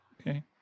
Okay